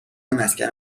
مسکن